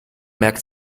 merkt